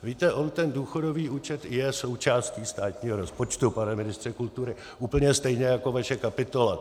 Víte, on ten důchodový účet je součástí státního rozpočtu, pane ministře kultury, úplně stejně jako vaše kapitola.